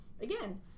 again